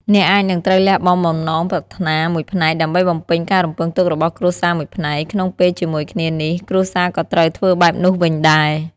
អ្នកអាចនឹងត្រូវលះបង់បំណងប្រាថ្នាមួយផ្នែក ដើម្បីបំពេញការរំពឹងទុករបស់គ្រួសារមួយផ្នែក ក្នុងពេលជាមួយគ្នានេះ គ្រួសារក៏ត្រូវធ្វើបែបនោះវិញដែរ។